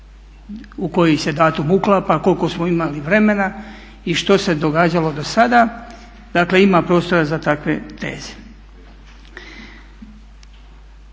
u koji se datum uklapa, koliko smo imali vremena i što se događalo do sada, dakle ima prostora za takve teze.